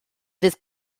fydd